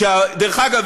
דרך אגב,